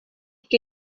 que